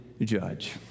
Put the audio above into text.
judge